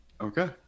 okay